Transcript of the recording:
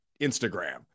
Instagram